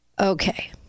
Okay